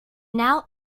now